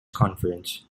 conference